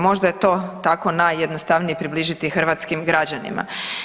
Možda je to tako najjednostavnije približiti hrvatskim građanima.